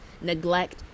neglect